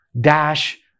dash